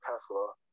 Tesla